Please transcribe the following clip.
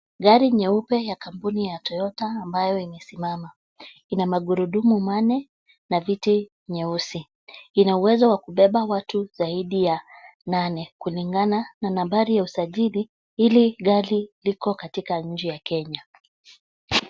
Gari nyeupe ya kampuni ya Toyota ambayo imesimama. Ina magurudumu manne na viti nyeusi. Ina uwezo wa kubeba watu zaidi ya nane. kulingana na nambari ya usajili hili gari liko katika nchi ya Kenya.